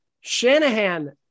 Shanahan